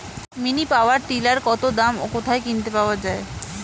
Mini power tiller কত দাম ও কোথায় কিনতে পাওয়া যায়?